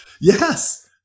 Yes